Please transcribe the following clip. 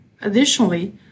Additionally